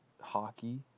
hockey